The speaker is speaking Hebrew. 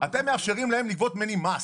אתם מאפשרים להם לגבות ממני מס,